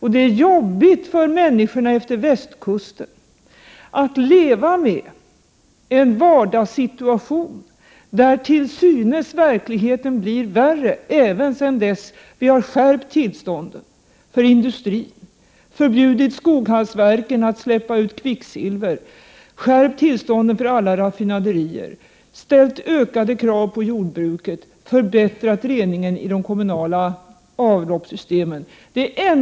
Detta är jobbigt för människorna efter västkusten att leva med en vardagssituation där verkligheten till synes blir värre även efter det att vi skärpt tillstånden till industrin, förbjudit Skoghallsverken att släppa ut kvicksilver, skärpt tillstånden till alla raffinaderier, ställt ökade krav på jordbruket, förbättrat reningen i de kommunala avloppssystemen.